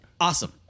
awesome